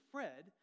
Fred